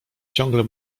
ciągle